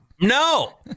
No